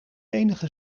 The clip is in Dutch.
enige